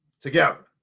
together